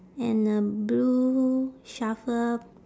and a blue shovel